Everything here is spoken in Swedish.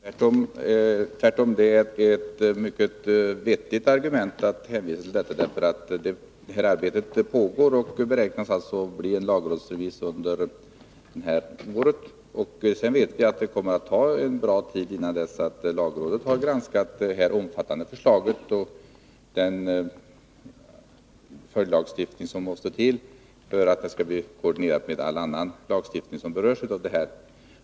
Herr talman! Tvärtom — det är ett mycket vettigt argument att hänvisa till planoch bygglagen. Arbetet med den pågår och beräknas leda till en lagrådsremiss under det här året. Sedan vet vi att det kommer att dröja en god tid innan lagrådet har granskat detta omfattande förslag och den följdlagstiftning som måste till för att förslaget skall kunna koordineras med all annan lagstiftning som berörs.